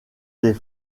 des